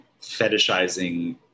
fetishizing